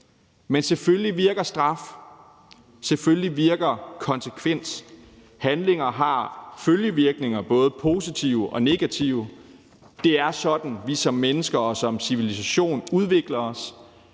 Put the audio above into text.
Men selvfølgelig virker straf. Selvfølgelig virker konsekvens. Handlinger har følgevirkninger, både positive og negative. Det er sådan, vi som mennesker og som civilisation udvikler os.